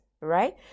right